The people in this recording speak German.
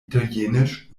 italienisch